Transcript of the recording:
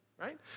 right